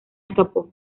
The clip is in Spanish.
escapó